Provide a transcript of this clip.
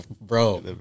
bro